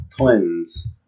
twins